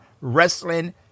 Wrestling